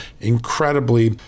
incredibly